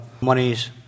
monies